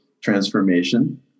transformation